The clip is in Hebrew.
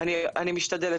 אני משתדלת.